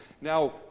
Now